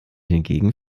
hingegen